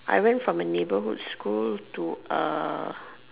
I went from a neighborhood school to uh